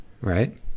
right